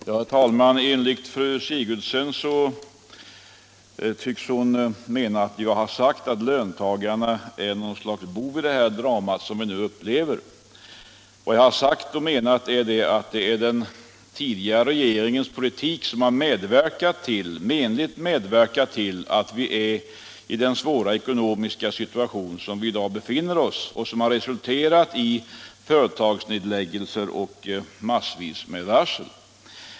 Herr talman! Fru Sigurdsen tycks mena att jag har sagt att löntagarna är något slags bovar i det drama som vi nu upplever, men vad jag har sagt är att det är den tidigare regeringens politik som medverkat till att vi befinner oss i dagens svåra situation, som har resulterat i företagsnedläggelser och massvis med varsel.